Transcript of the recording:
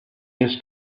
this